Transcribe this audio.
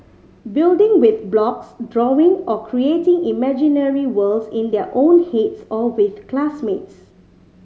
building with blocks drawing or creating imaginary worlds in their own heads or with classmates